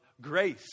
grace